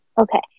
Okay